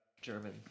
German